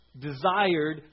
desired